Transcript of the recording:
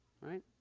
right